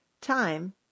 time